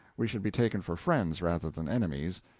we should be taken for friends rather than enemies,